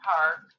Park